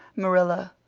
marilla,